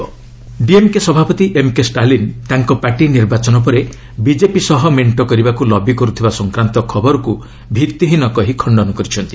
M K Stalin BJP DMK ସଭାପତି M K Stalin ତାଙ୍କ party ନିର୍ବାଚନ ପରେ ବିଜେପି ସହ ମେଣ୍ଟ କରିବାକୁ ଲବି କରୁଥିବା ସଂକ୍ରାନ୍ତ ଖବରକୁ ଭିଭିହୀନ କହି ଖଶ୍ଚନ କରିଛନ୍ତି